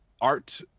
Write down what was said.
art